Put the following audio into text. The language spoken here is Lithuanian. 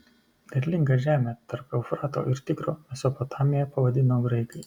derlingą žemę tarp eufrato ir tigro mesopotamija pavadino graikai